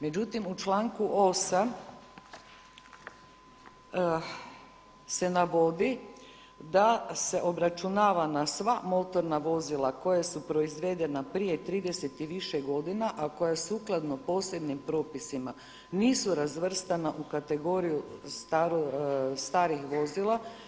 Međutim, u članku 8. se navodi da se obračunava na sva motorna vozila koja su proizvedena prije 30 i više godina, a koja sukladno posebnim propisima nisu razvrstana u kategoriju starijih vozila.